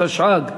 התשע"ג 2013,